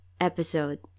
episode